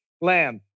lamb